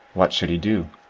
what should he do?